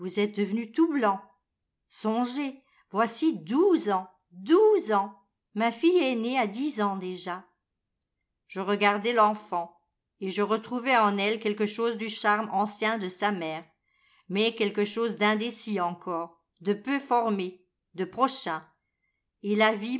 êtes devenu tout blanc songez voici douze ans douze ans ma fille aînée a dix ans déjà je regardai l'enfant et je retrouvai en elle quelque chose du charme ancien de sa mère mais quelque chose d'indécis encore de peu formé de prochain et la